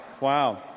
Wow